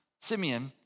Simeon